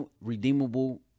redeemable